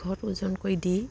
ঘৰত ওজনকৈ দি